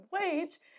wage